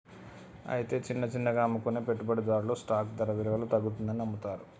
అయితే చిన్న చిన్నగా అమ్ముకునే పెట్టుబడిదారులు స్టాక్ ధర విలువలో తగ్గుతుందని నమ్ముతారు